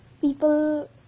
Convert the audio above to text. People